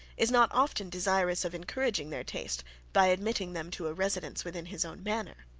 is not often desirous of encouraging their taste by admitting them to a residence within his own manor.